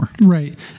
right